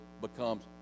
becomes